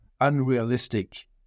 unrealistic